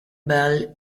bell